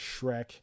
Shrek